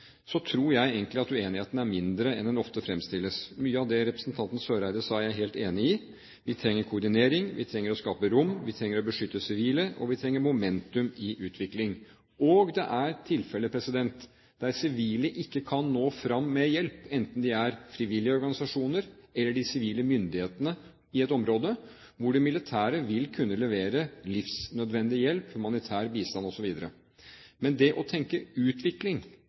tror jeg egentlig at uenigheten er mindre enn den ofte fremstilles som. Mye av det representanten Eriksen Søreide sa, er jeg helt enig i. Vi trenger koordinering, vi trenger å skape rom, vi trenger å beskytte sivile, og vi trenger momentum i utvikling. Og det er tilfeller der sivile ikke kan nå fram med hjelp, enten de er frivillige organisasjoner eller de sivile myndighetene i et område, hvor det militære vil kunne levere livsnødvendig hjelp, humanitær bistand osv. Men det å tenke utvikling